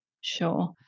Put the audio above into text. Sure